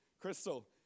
Crystal